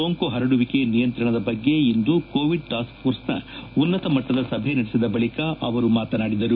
ಸೋಂಕು ಹರಡುವಿಕೆ ನಿಯಂತ್ರಣದ ಬಗ್ಗೆ ಇಂದು ಕೋವಿಡ್ ಟಾಸ್ಕ್ ಫೋರ್ಸ್ನ ಉನ್ನತ ಮಟ್ಟದ ಸಭೆ ನಡೆಸಿದ ಬಳಕ ಅವರು ಮಾತನಾಡಿದರು